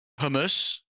hummus